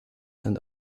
and